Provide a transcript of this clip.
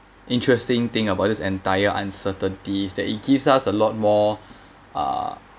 interesting thing about this entire uncertainties that it gives us a lot more uh